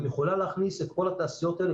היא גם יכולה להכניס את כל התעשיות האלה